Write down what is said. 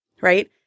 right